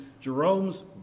Jerome's